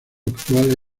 actual